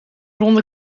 ronde